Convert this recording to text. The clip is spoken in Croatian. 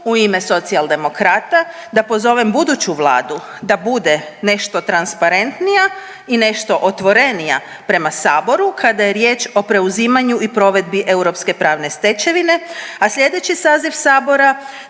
u ime Socijaldemokrata da pozovem buduću vladu da bude nešto transparentnija i nešto otvorenja prema saboru kada je riječ o preuzimanju i provedbi europske pravne stečevine, a slijedeći saziv sabora